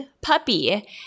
puppy